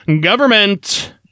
government